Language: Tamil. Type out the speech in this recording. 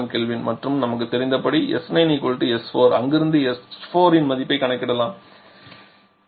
9416 kJkgK மற்றும் நமக்கு தெரிந்தபடி s9 s4 அதிலிருந்து h4 இன் மதிப்பை கணக்கிடலாம்